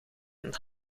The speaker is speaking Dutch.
een